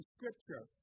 Scripture